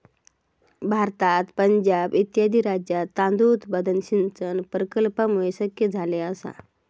भारतात पंजाब इत्यादी राज्यांत तांदूळ उत्पादन सिंचन प्रकल्पांमुळे शक्य झाले आसा